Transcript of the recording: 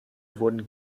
wurden